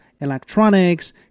electronics